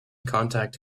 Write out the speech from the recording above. contact